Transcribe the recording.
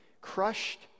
crushed